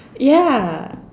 ya